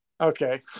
Okay